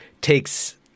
takes